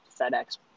FedEx